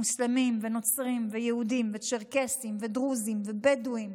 מוסלמים ונוצרים ויהודים וצ'רקסים ודרוזים ובדואים,